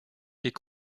est